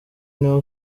nibo